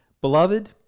Beloved